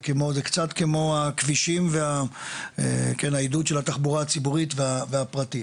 זה קצת כמו הכבישים והעידוד של התחבורה הציבורית והפרטית,